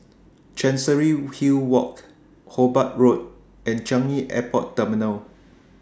Chancery Hill Walk Hobart Road and Changi Airport Terminal